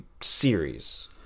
series